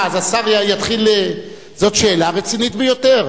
מה, אז השר יתחיל, זאת שאלה רצינית ביותר.